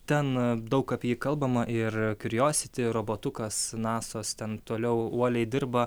ten daug apie jį kalbama ir kiuriositi robotukas nasos ten toliau uoliai dirba